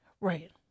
Right